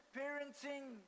parenting